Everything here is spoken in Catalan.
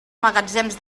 magatzems